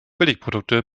billigprodukte